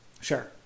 sure